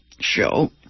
show